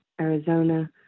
Arizona